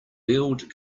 build